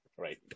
right